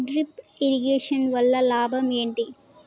Drip irrigation వల్ల లాభం ఏంటి?